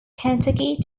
kentucky